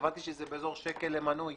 הבנתי שזה באזור שקל למנוי